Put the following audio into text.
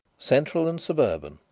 central and suburban.